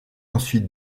ensuite